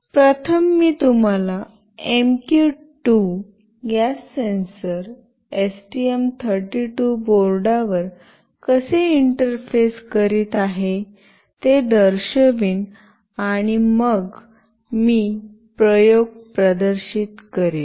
प्रथम मी तुम्हाला एमक्यू 2 गॅस सेन्सर एसटीएम 32 बोर्डावर कसे इंटरफेस करीत आहे ते दर्शवीन आणि मग मी प्रयोग प्रदर्शित करीन